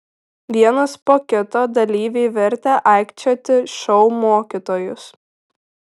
vienas po kito dalyviai vertė aikčioti šou mokytojus